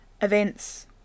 events